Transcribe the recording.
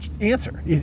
answer